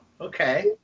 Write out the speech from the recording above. Okay